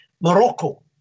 Morocco